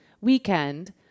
weekend